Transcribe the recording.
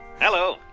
Hello